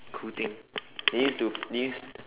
cool thing you need to leave